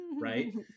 right